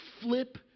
flip